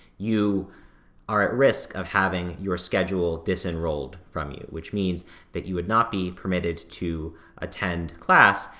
you are at risk of having your schedule disenrolled from you, which means that you would not be permitted to attend class,